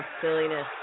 silliness